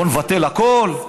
בוא נבטל את הכול?